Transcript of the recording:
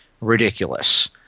ridiculous